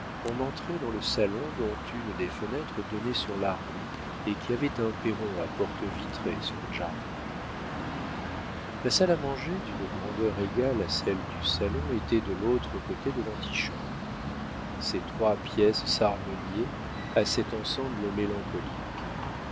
on entrait dans le salon dont une des fenêtres donnait sur la rue et qui avait un perron à porte vitrée sur le jardin la salle à manger d'une grandeur égale à celle du salon était de l'autre côté de l'antichambre ces trois pièces s'harmoniaient à cet ensemble mélancolique